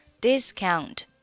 Discount